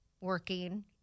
working